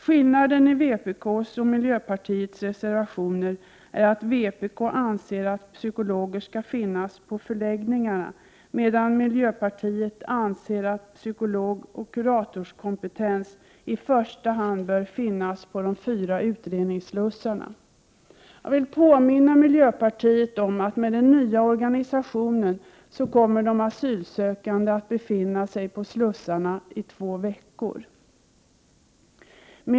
Skillnaden mellan vpk:s och miljöpartiets reservationer är att vpk anser att psykologer skall finnas på förläggningarna, medan miljöpartiet anser att psykologoch kuratorskompetens i första hand bör finnas på de fyra utredningsslussarna. Jag vill påminna miljöpartiet om att den nya organisationen innebär att de asylsökande kommer att befinna sig på slussarna i två veckor.